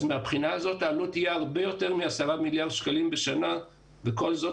מהבחינה הזאת העלות תהיה הרבה יותר מ-10 מיליארד שקלים בשנה וכל זאת